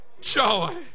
joy